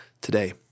today